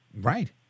Right